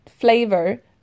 flavor